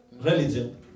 religion